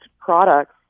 products